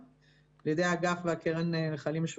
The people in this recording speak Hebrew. אם דיברתם קודם על תורם שפונה ליחידה ועכשיו